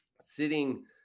sitting